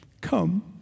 come